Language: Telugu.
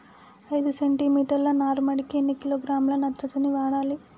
ఐదు సెంటి మీటర్ల నారుమడికి ఎన్ని కిలోగ్రాముల నత్రజని వాడాలి?